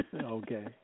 Okay